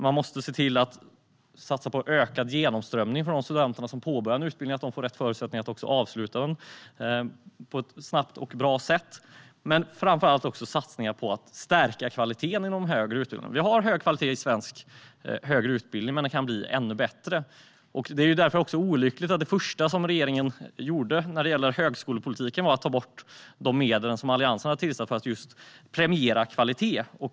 Man måste se till att satsa på ökad genomströmning för de studenter som påbörjar en utbildning, så att de får rätt förutsättningar att också avsluta den på ett snabbt och bra sätt. Men framför allt behövs satsningar på att stärka kvaliteten inom den högre utbildningen. Vi har hög kvalitet i svensk högre utbildning, men den kan bli ännu bättre. Det är därför olyckligt att det första som regeringen gjorde när det gällde högskolepolitiken var att ta bort de medel som Alliansen hade tillsatt för att premiera kvalitet.